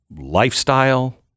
lifestyle